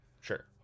Sure